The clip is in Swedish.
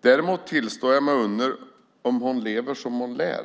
Däremot tillåter jag mig att undra om hon lever som hon lär.